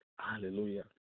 Hallelujah